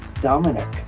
Dominic